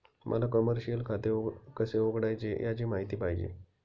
मला कमर्शिअल खाते कसे उघडायचे याची माहिती पाहिजे